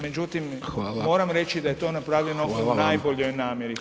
Međutim, [[Upadica: Hvala.]] moram reći da je to napravljeno u najboljoj namjeri.